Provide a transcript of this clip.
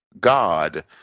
God